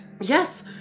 Yes